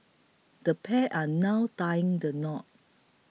the pair are now tying the knot